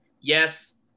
Yes